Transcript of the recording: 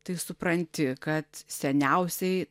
tai supranti kad seniausiai